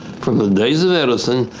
from the days of edison,